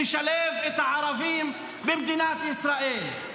לשלב את הערבים במדינת ישראל.